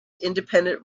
independent